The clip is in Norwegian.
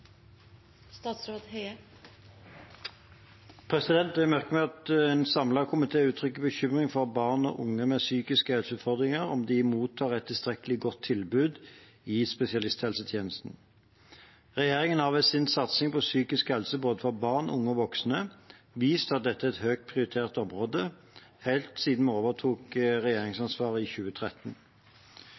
Jeg merker meg at en samlet komité uttrykker bekymring for om barn og unge med psykiske helseutfordringer mottar et tilstrekkelig godt tilbud i spesialisthelsetjenesten. Regjeringen har ved sin satsing på psykisk helse for både barn, unge og voksne vist at dette er et høyt prioritert område, helt siden vi overtok regjeringsansvaret i 2013.